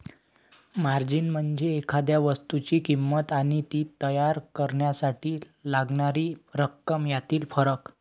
margin म्हणजे एखाद्या वस्तूची किंमत आणि ती तयार करण्यासाठी लागणारी रक्कम यातील फरक